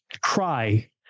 cry